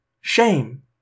Shame